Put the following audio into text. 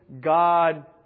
God